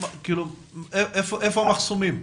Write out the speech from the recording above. איפה המחסומים?